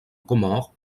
comore